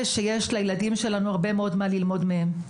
שיש לילדים שלנו הרבה מה ללמוד ממנה.